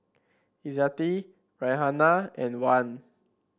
Izzati Raihana and Wan